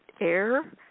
AIR